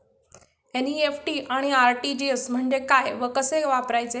NEFT आणि RTGS म्हणजे काय व कसे वापरायचे?